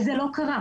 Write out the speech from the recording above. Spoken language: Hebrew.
וזה לא קרה.